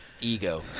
ego